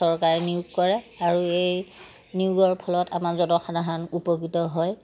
চৰকাৰে নিয়োগ কৰে আৰু এই নিয়োগৰ ফলত আমাৰ জনসাধাৰণ উপকৃত হয়